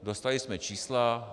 Dostali jsme čísla.